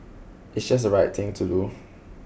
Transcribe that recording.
it's just the right thing to do